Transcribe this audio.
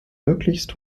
möglichst